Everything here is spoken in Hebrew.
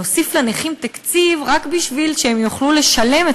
להוסיף לנכים תקציב רק בשביל שהם יוכלו לשלם את